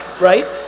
Right